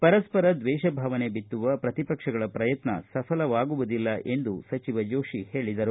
ಪರಸ್ವರ ದ್ವೇಷ ಭಾವನೆ ಬಿತ್ತುವ ಪ್ರತಿಪಕ್ಷಗಳ ಪ್ರಯತ್ನ ಸಫಲವಾಗುವುದಿಲ್ಲ ಎಂದು ಸಚಿವ ಜೋಶಿ ಹೇಳಿದರು